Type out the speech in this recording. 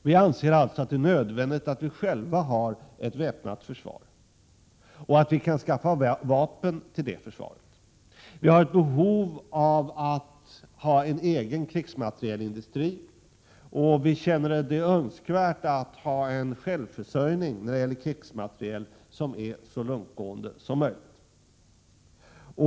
Vi anser alltså att det är nödvändigt att vi själva har ett väpnat försvar och att vi kan skaffa vapen till det försvaret. Vi har ett behov av att ha en egen krigsmaterielindustri och känner det önskvärt att ha en självförsörjning av krigsmateriel som är så långtgående som möjligt.